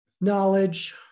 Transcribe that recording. knowledge